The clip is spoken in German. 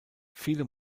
viele